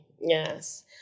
Yes